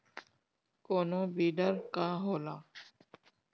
कोनो बिडर का होला?